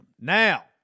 Now